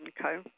Okay